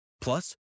Plus